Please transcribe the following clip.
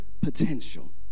potential